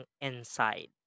inside